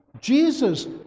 Jesus